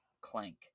Clank